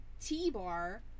T-Bar